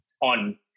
on